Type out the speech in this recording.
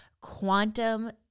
quantum